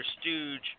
stooge